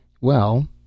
Well